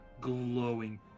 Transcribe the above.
glowing